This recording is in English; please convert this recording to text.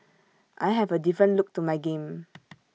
I have A different look to my game